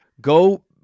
go